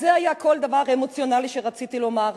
אז זה היה כל הדבר האמוציונלי שרציתי לומר.